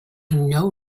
know